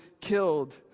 killed